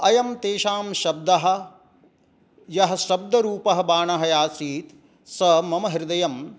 अयं तेषां शब्दः यः शब्दरूपः बाणः यः आसीत् सः मम हृदयं